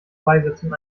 beisetzung